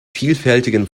vielfältigen